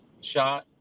shot